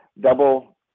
double